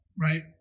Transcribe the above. right